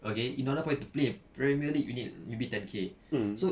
okay in order for you to play a premier league you need maybe ten K so